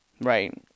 Right